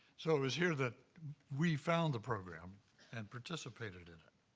so it was here that we found the program and participated in it.